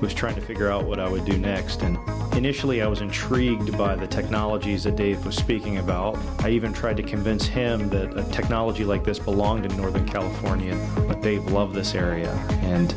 was trying to figure out what i would do next and initially i was intrigued by the technologies a day for speaking about even trying to convince him that the technology like this belong to northern california they love this area and